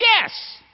Yes